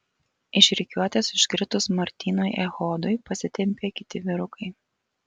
iš rikiuotės iškritus martynui echodui pasitempė kiti vyrukai